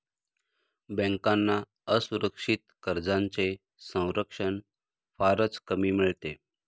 बँकांना असुरक्षित कर्जांचे संरक्षण फारच कमी मिळते